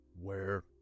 Where